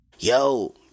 Yo